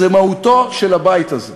זו מהותו של הבית הזה,